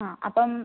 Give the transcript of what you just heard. അ അപ്പൊ